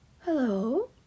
Hello